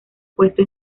puesto